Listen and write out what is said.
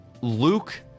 luke